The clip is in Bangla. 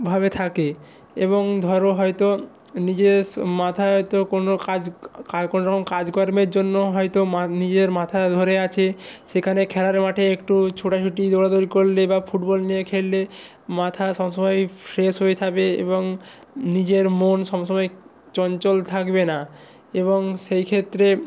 ভাবে থাকে এবং ধরো হয়তো নিজের মাথায় হয়তো কোনও কাজ কোনওরকম কাজকর্মের জন্য হয়তো নিজের মাথা ধরে আছে সেখানে খেলার মাঠে একটু ছোটাছুটি দৌড়াদৌড়ি করলে বা ফুটবল নিয়ে খেললে মাথা সবসময়ই ফ্রেশ হয়ে থাকবে এবং নিজের মন সবসময় চঞ্চল থাকবে না এবং সেই ক্ষেত্রে